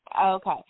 Okay